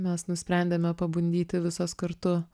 mes nusprendėme pabandyti visos kartu